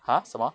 !huh! 什么